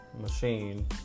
machine